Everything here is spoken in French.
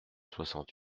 soixante